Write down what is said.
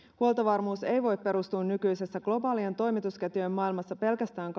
huoltovarmuus ei voi perustua nykyisessä globaalien toimitusketjujen maailmassa pelkästään